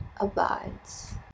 abides